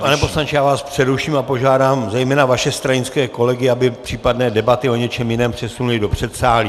Pane poslanče, já vás přeruším a požádám zejména vaše stranické kolegy, aby případné debaty o něčem jiném přesunuli do předsálí.